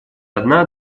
одна